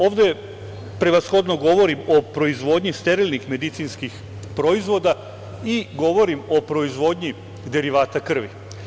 Ovde govorim o proizvodnji sterilnih medicinskih proizvoda i govorim o proizvodnji derivata krvi.